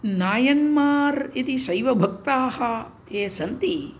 नायन्मार् इति शैवभक्ताः ये सन्ति